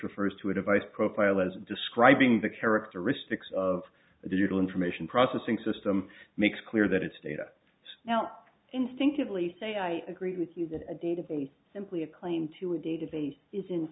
refers to a device profile as describing the characteristics of the digital information processing system makes clear that it's data now instinctively say i agree with you that a database simply a claim to a database is